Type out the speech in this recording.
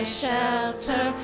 shelter